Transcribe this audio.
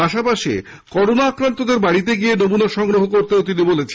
পাশাপাশি করোনা আক্রান্তদের বাড়িতে গিয়ে নমুনা সংগ্রহ করতেও তিনি বলেছেন